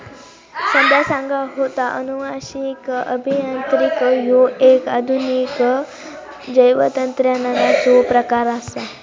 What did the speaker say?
संध्या सांगा होता, अनुवांशिक अभियांत्रिकी ह्यो एक आधुनिक जैवतंत्रज्ञानाचो प्रकार आसा